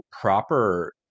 proper